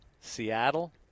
Seattle